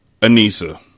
Anissa